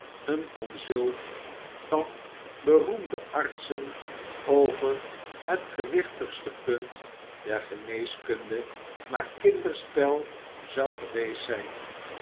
een consult van beroemde artsen over het gewichtigste punt der geneeskunde maar kinderspel zou geweest zijn